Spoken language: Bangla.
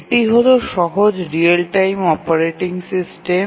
এটি হল সহজ রিয়েল টাইম অপারেটিং সিস্টেম